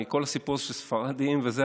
כל הסיפור של ספרדים וזה,